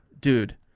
Dude